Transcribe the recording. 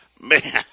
man